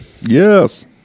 yes